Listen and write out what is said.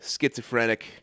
Schizophrenic